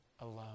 alone